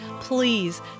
please